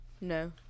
No